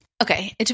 Okay